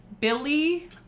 Billy